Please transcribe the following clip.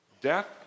Death